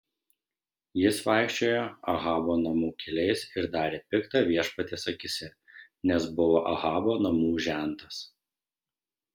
jis vaikščiojo ahabo namų keliais ir darė pikta viešpaties akyse nes buvo ahabo namų žentas